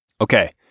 Okay